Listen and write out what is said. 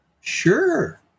Sure